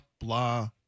blah